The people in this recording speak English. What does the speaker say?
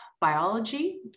Biology